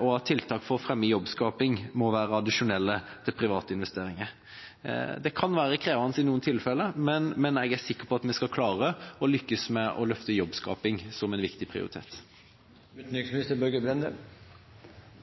og at tiltak for å fremme jobbskaping må være addisjonelle til private investeringer. Det kan være krevende i noen tilfeller, men jeg er sikker på at vi skal klare å lykkes med å løfte jobbskaping som en viktig